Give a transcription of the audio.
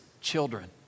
children